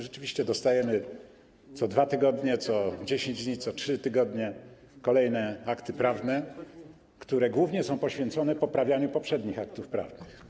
Rzeczywiście dostajemy co 2 tygodnie, co 10 dni, co 3 tygodnie kolejne akty prawne, które są głównie poświęcone poprawianiu poprzednich aktów prawnych.